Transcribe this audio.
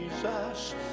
Jesus